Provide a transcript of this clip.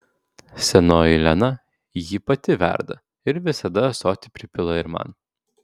senoji lena jį pati verda ir visada ąsotį pripila ir man